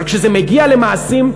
אבל כשזה מגיע למעשים,